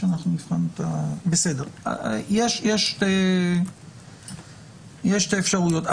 יש שתי אפשרויות.